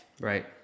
Right